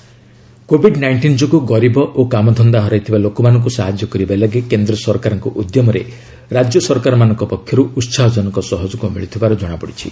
TRIFED advisory covid nineteen ଯୋଗୁଁ ଗରିବ ଓ କାମଧନ୍ଦା ହରାଇଥିବା ଲୋକମାନଙ୍କୁ ସାହାଯ୍ୟ କରିବା ଲାଗି କେନ୍ଦ୍ର ସରକାରଙ୍କ ଉଦ୍ୟମରେ ରାଜ୍ୟ ସରକାରମାନଙ୍କ ପକ୍ଷରୁ ଉସାହ ଜନକ ସହଯୋଗ ମିଳୁଥିବାର ଜଣାପଡ଼ିଛି